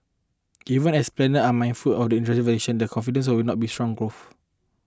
even as planners are mindful of the industry's volatility the confidence will not be strong growth